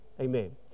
Amen